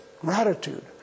gratitude